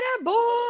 boy